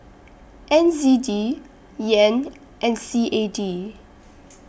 N Z D Yen and C A D